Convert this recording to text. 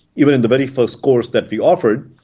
even in the very first course that we offered,